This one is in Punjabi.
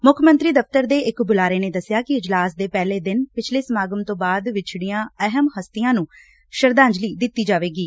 ਮੁੱਖ ਮੰਤਰੀ ਦਫ਼ਤਰ ਦੇ ਇਕ ਬੁਲਾਰੇ ਨੇ ਦਸਿਐ ਕਿ ਅਜਲਾਸ ਦੇ ਪਹਿਲੇ ਦਿਨ ਪਿਛਲੇ ਸਮਾਗਮ ਤੋਂ ਬਾਅਦ ਵਿਛੜੀਆਂ ਅਹਿਮ ਹਸਤੀਆਂ ਨੂੰ ਸ਼ਰਧਾਂਜਲੀ ਦਿੱਤੀ ਜਾਵੇਗੀ